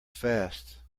fast